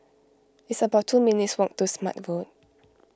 it's about two minutes' walk to Smart Road